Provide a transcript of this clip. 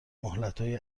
مهلتهای